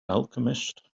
alchemist